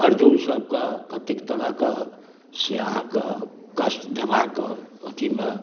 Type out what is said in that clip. अर्जुनसबके कतेक तरहके से अहाँके कष्ट देबाके अथीमे